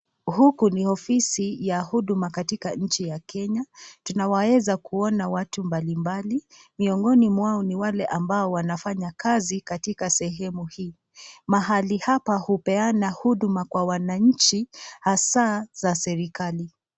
Huku ni ofisi ya huduma katika nchi ya Kenya. Tunawaeza kuwaona watu mbalimbali, miongoni mwao ni wale ambao wanafanya kazi katika sehemu hii. Mahali hapa hupeana huduma kwa wananchi hasaa za serikali.